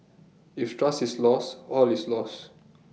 if trust is lost all is lost